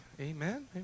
amen